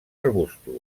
arbustos